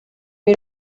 era